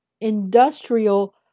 industrial